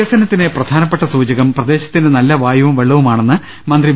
വികസനത്തിന് പ്രധാനപ്പെട്ട സൂചകം പ്രദേശത്തിന്റെ നല്ല വായുവും വെള്ളവുമാണെന്ന് മന്ത്രി വി